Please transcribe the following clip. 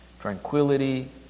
tranquility